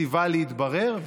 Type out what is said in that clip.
טיבה להתברר,